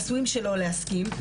עשויים שלא להסכים,